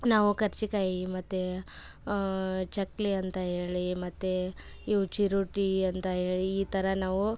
ನಾವು ಕರ್ಜಿಕಾಯಿ ಮತ್ತು ಚಕ್ಕುಲಿ ಅಂತ ಹೇಳಿ ಮತ್ತು ಇವು ಚಿರೋಟಿ ಅಂತ ಹೇಳಿ ಈ ಥರ ನಾವು